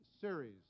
series